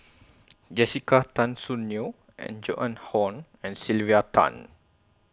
Jessica Tan Soon Neo and Joan Hon and Sylvia Tan